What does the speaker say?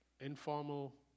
informal